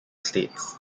states